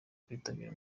kwitabira